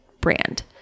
brand